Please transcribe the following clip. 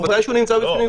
בוודאי שהוא נמצא בפנים.